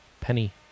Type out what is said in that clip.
penny